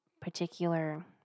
particular